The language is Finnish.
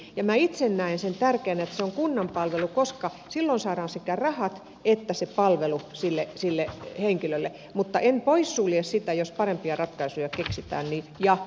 minä itse näen sen tärkeänä että se on kunnan palvelu koska silloin saadaan sekä rahat että se palvelu sille henkilölle mutta en poissulje sitä jos parempia ratkaisuja keksitään ja löytyy se raha